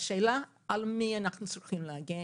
לשאלה על מי אנחנו צריכים להגן,